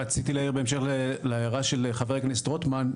רציתי להעיר בהמשך להערה של חבר הכנסת רוטמן.